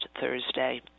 Thursday